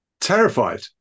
Terrified